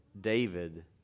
David